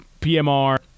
PMR